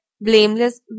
blameless